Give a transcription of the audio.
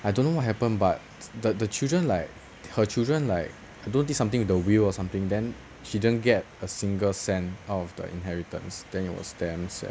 I don't know what happened but the the children like her children like I don't think did something with the will or something then she didn't get a single cent out of the inheritance then it was damn sad